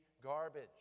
garbage